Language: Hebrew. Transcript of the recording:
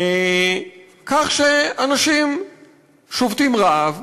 וכך אנשים שובתים רעב,